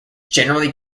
generally